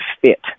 fit